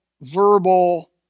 verbal